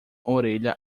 orelha